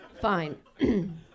Fine